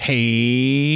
Hey